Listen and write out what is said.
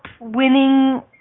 winning